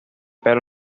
pelo